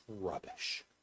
rubbish